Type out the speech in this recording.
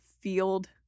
field